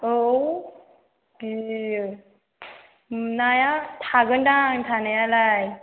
औ गियो नाया थागोनदां थानायालाय